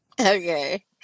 Okay